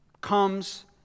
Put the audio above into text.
comes